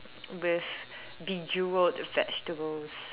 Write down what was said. with bejewelled vegetables